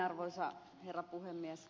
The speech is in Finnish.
arvoisa herra puhemies